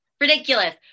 Ridiculous